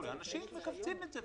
אנשים מכווצים את זה,